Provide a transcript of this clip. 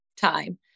time